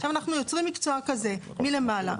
עכשיו אנחנו יוצרים מקצוע כזה מלמעלה,